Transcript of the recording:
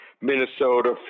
Minnesota